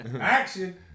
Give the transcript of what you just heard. action